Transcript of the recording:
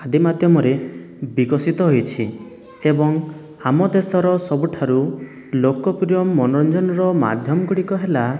ଆଦି ମାଧ୍ୟମରେ ବିକଶିତ ହୋଇଛି ଏବଂ ଆମ ଦେଶର ସବୁଠାରୁ ଲୋକପ୍ରିୟ ମନୋରଞ୍ଜନର ମାଧ୍ୟମଗୁଡ଼ିକ ହେଲା